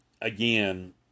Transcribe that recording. again